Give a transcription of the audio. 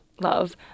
Love